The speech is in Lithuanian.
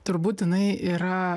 turbūt jinai yra